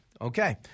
Okay